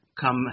come